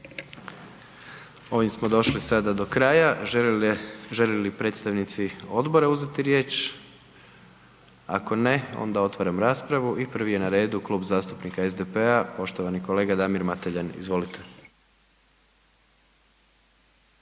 Ovim smo došli sada do kraja, žele li predstavnici odbora uzeti riječ? Ako ne, onda otvaram raspravu i prvi je na redu Klub zastupnika SDP-a, poštovani kolega Damir Mateljan, izvolite.